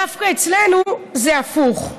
דווקא אצלנו זה הפוך.